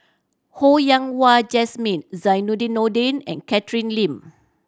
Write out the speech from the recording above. Ho Yen Wah Jesmine Zainudin Nordin and Catherine Lim